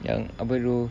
yang apa tu